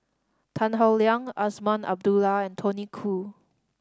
Tan Howe Liang Azman Abdullah and Tony Khoo